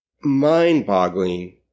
mind-boggling